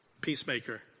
peacemaker